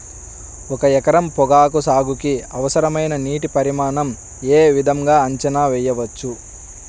ఒక ఎకరం పొగాకు సాగుకి అవసరమైన నీటి పరిమాణం యే విధంగా అంచనా వేయవచ్చు?